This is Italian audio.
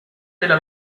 della